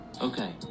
Okay